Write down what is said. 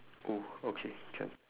oh okay can